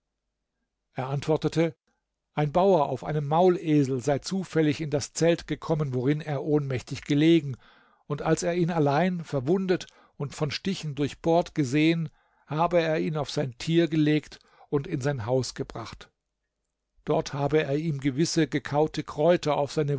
er antwortete ein bauer auf einem maulesel sei zufällig in das zelt gekommen worin er ohnmächtig gelegen und als er ihn allein verwundet und von stichen durchbohrt gesehen habe er ihn auf sein tier gelegt und in sein haus gebracht dort habe er ihm gewisse gekaute kräuter auf seine